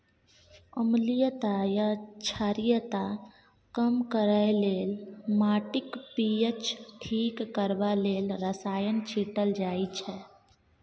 अम्लीयता या क्षारीयता कम करय लेल, माटिक पी.एच ठीक करबा लेल रसायन छीटल जाइ छै